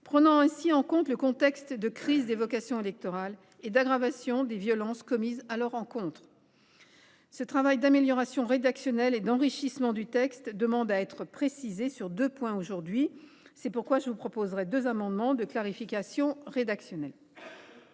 prendre en compte la crise des vocations électorales et l’aggravation des violences commises à l’encontre des élus locaux. Ce travail d’amélioration rédactionnelle et d’enrichissement du texte demande à être précisé sur deux points aujourd’hui ; c’est pourquoi je vous proposerai deux amendements de clarification rédactionnelle.